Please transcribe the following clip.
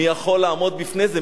מי יכול לעמוד בפני זה?